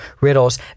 riddles